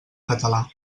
català